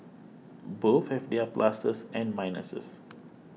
both have their pluses and minuses